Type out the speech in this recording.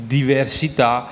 diversità